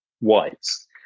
whites